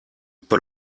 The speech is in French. paul